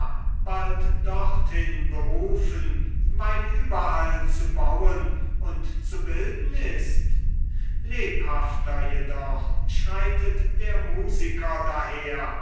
bald dorthin berufen weil überall zu bauen und zu bilden ist lebhafter jedoch schreitet der musiker daher